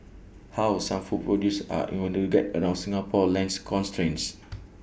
how some food producers are innovating to get around Singapore's land constraints